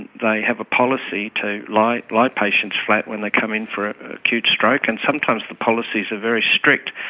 they have a policy to lie lie patients flat when they come in for acute stroke, and sometimes the policies are very strict,